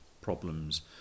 problems